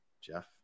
jeff